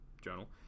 journal